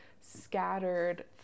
scattered